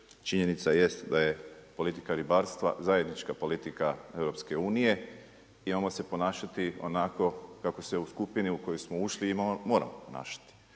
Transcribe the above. činjenica jest da je politika ribarstva zajednička politika EU i moramo se ponašati onako kako se u skupini u kojoj smo ušli moramo ponašati.